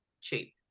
cheap